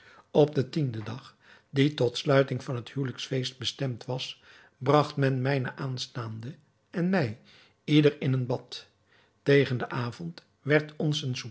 op den tienden dag die tot sluiting van het huwelijksfeest bestemd was bragt men mijne aanstaande en mij ieder in een bad tegen den avond werd ons een